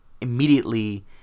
immediately